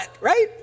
right